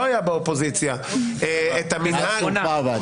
היה באופוזיציה --- מאז שהוקמה הוועדה.